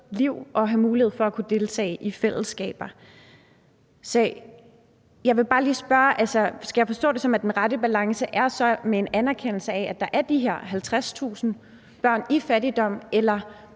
liv og have mulighed for at kunne deltage i fællesskaber. Så jeg vil bare lige spørge, om jeg skal forstå det sådan, at den rette balance så er med en anerkendelse af, at der er de her 50.000 børn i fattigdom. Eller